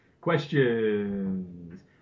questions